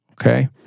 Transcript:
Okay